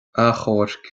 achomhairc